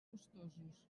gustosos